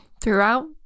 throughout